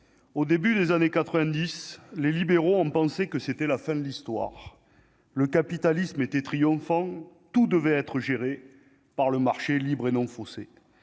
au début des années 90, les libéraux ont pensé que c'était la fin de l'histoire, le capitalisme était triomphant tout devait être gérée par le marché libre et non faussée